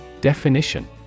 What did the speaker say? Definition